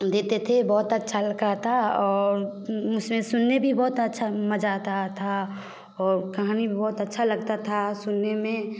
देते थे बहुत अच्छा लगता था और उसमें सुनने भी बहुत अच्छा मज़ा आता था और कहानी बहुत अच्छा लगता था सुनने में